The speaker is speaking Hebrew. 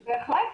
בהחלט.